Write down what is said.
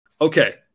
Okay